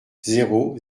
zéro